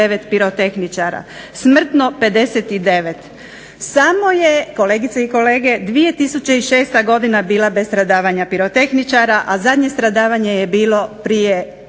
pirotehničara, smrtno 59., samo je kolegice i kolege godina 2006. bila bez stradavanja pirotehničara a zadnje stradavanje je bilo prošli